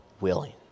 willing